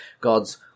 God's